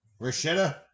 Rashida